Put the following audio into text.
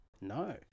No